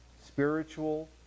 spiritual